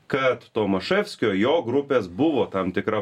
kad tomaševskio jo grupės buvo tam tikra